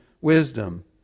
wisdom